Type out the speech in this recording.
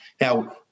Now